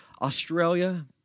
Australia